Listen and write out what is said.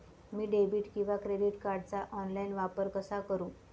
मी debit किंवा credit कार्डचा online वापर कसा करु?